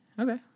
Okay